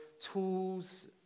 tools